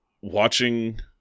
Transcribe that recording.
watching